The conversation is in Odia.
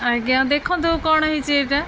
ଆଜ୍ଞା ଦେଖନ୍ତୁ କ'ଣ ହେଇଛି ଏଇଟା